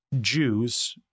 Jews